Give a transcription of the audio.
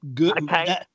Okay